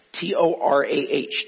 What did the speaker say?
T-O-R-A-H